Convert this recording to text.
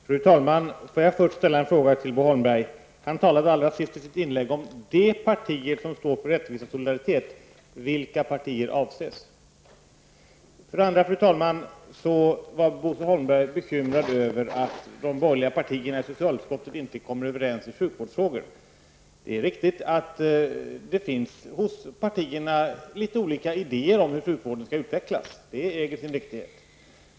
Fru talman! Får jag för det första ställa en fråga till Bo Holmberg, som allra sist i sitt inlägg talade om de partier som står för rättvisa och solidaritet: Vilka partier avses? För det andra, fru talman, var Bo Holmberg bekymrad över att de borgerliga partierna i socialutskottet inte kommit överens i sjukvårdsfrågor. Det är riktigt att det finns hos partierna litet olika idéer om hur sjukvården skall utvecklas. Det äger sin riktighet.